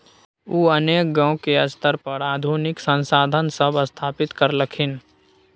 उ अनेक गांव के स्तर पर आधुनिक संसाधन सब स्थापित करलखिन